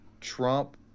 Trump